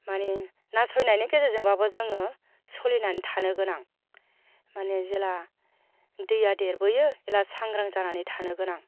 मानि नासयनायनि गेजेरजोंबाबो जोङो सलिनानै थानो गोनां मानि जेला दैया देरबोयो एला सांग्रां जानानै थानो गोनां